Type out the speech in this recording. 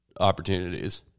opportunities